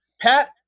Pat